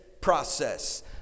process